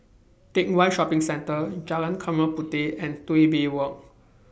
Teck Whye Shopping Centre Jalan Chempaka Puteh and Bay Walk